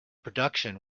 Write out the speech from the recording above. production